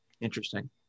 Interesting